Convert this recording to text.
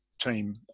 team